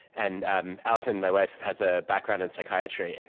and and allison, my wife, has a background in psychiatry,